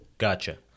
Gotcha